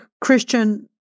Christian